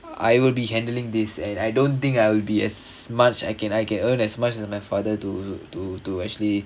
I will be handling this and I don't think I'll be as much I can I can earn as much as my father to to to actually